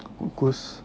Gold Coast